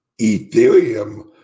Ethereum